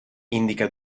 indica